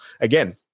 again